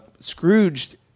Scrooge